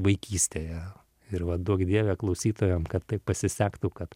vaikystėje ir va duok dieve klausytojam kad taip pasisektų kad